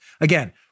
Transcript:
again